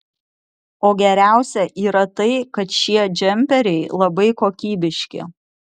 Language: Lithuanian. o geriausia yra tai kad šie džemperiai labai kokybiški